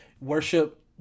worship